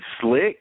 Slick